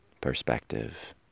perspective